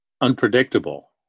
unpredictable